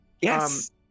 Yes